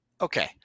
Okay